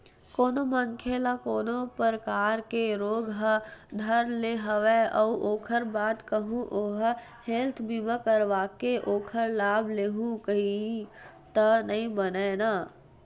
कोनो मनखे ल कोनो परकार के रोग ह धर ले हवय अउ ओखर बाद कहूँ ओहा हेल्थ बीमा करवाके ओखर लाभ लेहूँ कइही त नइ बनय न